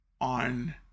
on